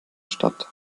statt